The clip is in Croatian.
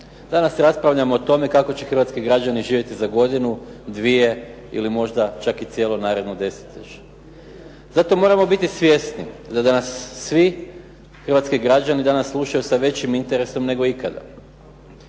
Danas raspravljamo o tome kako će hrvatski građani živjeti za godinu, dvije ili možda čak i cijelo naredno desetljeće. Zato moramo biti svjesni da danas svi hrvatski građani slušaju sa većim interesom nego ikada.